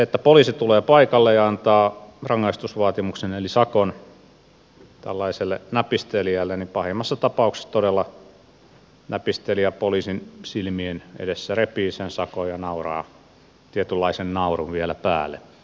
kun poliisi tulee paikalle ja antaa rangaistusvaatimuksen eli sakon tällaiselle näpistelijälle pahimmassa tapauksessa todella näpistelijä poliisin silmien edessä repii sakon ja nauraa tietynlaisen naurun vielä päälle